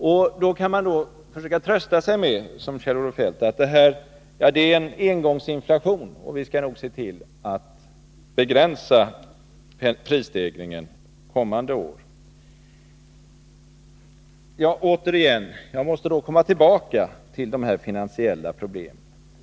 Man kan då, som Kjell-Olof Feldt, försöka trösta sig med att detta är en engångsinflation och att vi nog skall se till att begränsa prisstegringarna kommande år. Jag måste här komma tillbaka till de finansiella problemen.